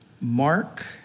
Mark